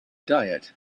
diet